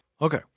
Okay